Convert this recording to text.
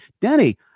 Denny